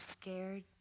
scared